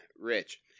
Rich